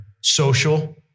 social